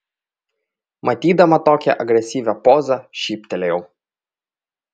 matydama tokią agresyvią pozą šyptelėjau